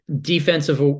Defensive